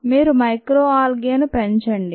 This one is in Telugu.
మీరు మైక్రోఆల్గే ను పెంచండి